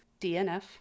dnf